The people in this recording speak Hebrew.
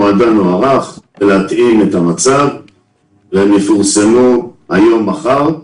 מועדן הוארך כדי להתאים את המצב והם יפורסמו היום ומחר.